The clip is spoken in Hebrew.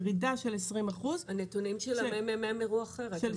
ירידה של 20%. הנתונים של הממ"מ הראו אחרת.